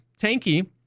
tanky